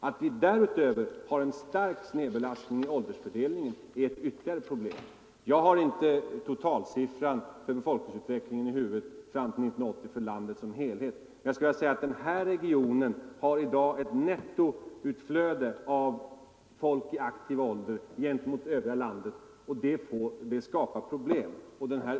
Att vi därutöver har en stark snedbelastning i åldersfördelningen är ytterligare ett problem. Jag har inte totalsiffran för befolkningsutvecklingen fram till 1980 för landet som helhet i huvudet. Men den här regionen har i dag ett större nettoutflöde av folk i aktiv ålder än Övriga landet, vilket skapar problem.